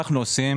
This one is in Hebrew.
הצעה לסדר,